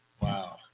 Wow